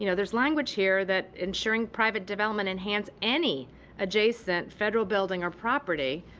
you know there's language here that insuring private development enhance any adjacent federal building or property.